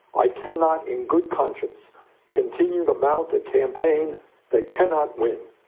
i cannot in good conscience continue to mount a campaign they cannot win.